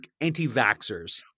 anti-vaxxers